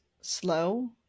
slow